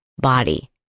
body